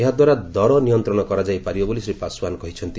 ଏହାଦ୍ୱାରା ଦର ନିୟନ୍ତ୍ରଣ କରାଯାଇ ପାରିବ ବୋଲି ଶ୍ରୀ ପାଶ୍ୱାନ କହିଛନ୍ତି